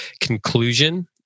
conclusion